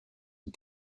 and